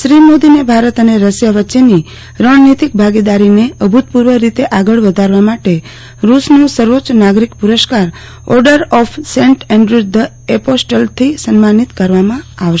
શ્રી મોદી ને ભારત અને રસિયા વચેની રણનીતિક ભાગીદારી ને અભૂતપૂર્વ રીતે આગળ વધારવા માટે રુસનો સર્વોચ્ચ નાગરિક પુરસ્કાર Order of Saint Andrew the Apostle થી સન્માનિત કરવામાં આવશે